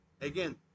Again